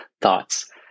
thoughts